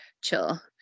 chill